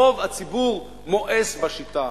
רוב הציבור מואס בשיטה!"